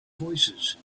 voicesand